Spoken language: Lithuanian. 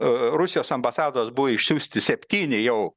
rusijos ambasados buvo išsiųsti septyni jau